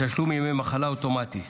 תשלום ימי מחלה אוטומטי.